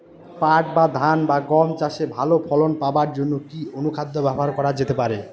পাট বা ধান বা গম চাষে ভালো ফলন পাবার জন কি অনুখাদ্য ব্যবহার করা যেতে পারে?